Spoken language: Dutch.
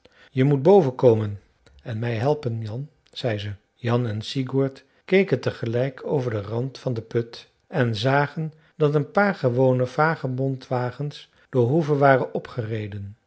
je moet boven komen en mij helpen jan zei ze jan en sigurd keken tegelijk over den rand van de put en zagen dat een paar gewone vagebondwagens de hoeve waren opgereden